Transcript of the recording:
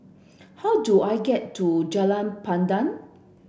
how do I get to Jalan Pandan